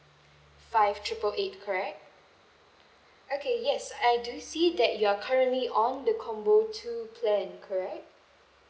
five triple eight correct okay yes I do see that you are currently on the combo two plan correct